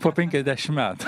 po penkiasdešimt metų